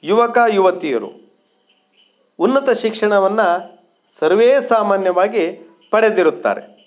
ಯುವಕ ಯುವತಿಯರು ಉನ್ನತ ಶಿಕ್ಷಣವನ್ನು ಸರ್ವೇ ಸಾಮಾನ್ಯವಾಗಿ ಪಡೆದಿರುತ್ತಾರೆ